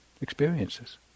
experiences